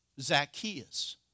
Zacchaeus